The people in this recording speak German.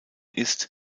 ist